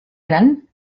gran